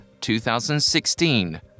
2016